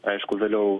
aišku vėliau